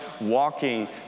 walking